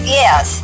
yes